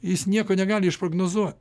jis nieko negali išprognozuot